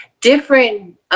different